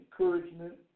encouragement